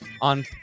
on